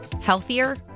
Healthier